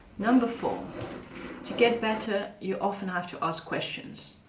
number four to get better, you often have to ask questions.